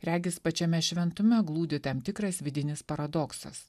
regis pačiame šventume glūdi tam tikras vidinis paradoksas